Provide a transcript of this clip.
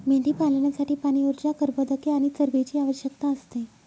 मेंढीपालनासाठी पाणी, ऊर्जा, कर्बोदके आणि चरबीची आवश्यकता असते